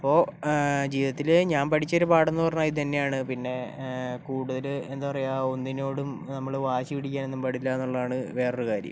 അപ്പോൾ ജീവിതത്തില് ഞാൻ പഠിച്ചൊരു പാഠം എന്നു പറഞ്ഞാൽ ഇതുതന്നെയാണ് പിന്നെ കൂടുതല് എന്താ പറയുക ഒന്നിനോടും നമ്മള് വാശിപിടിക്കാനൊന്നും പാടില്ല എന്നുള്ളതാണ് വേറൊരു കാര്യം